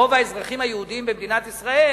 רוב האזרחים היהודים במדינת ישראל,